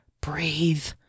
Breathe